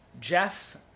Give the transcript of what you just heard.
Jeff